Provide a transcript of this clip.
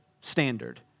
standard